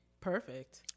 Perfect